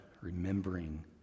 remembering